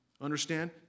Understand